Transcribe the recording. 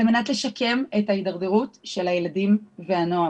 מנת לשקם את ההתדרדרות של הילדים והנוער.